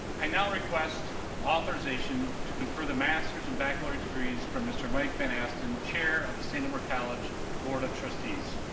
i now request authorization to confer the masters and baccalaureate degrees from mr. mike van aston chair of the st. amour college board of trustees